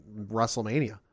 WrestleMania